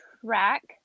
track